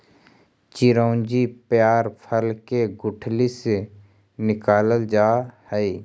चिरौंजी पयार फल के गुठली से निकालल जा हई